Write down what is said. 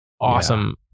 Awesome